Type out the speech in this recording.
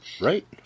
Right